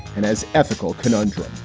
and as ethical conundrums